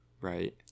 right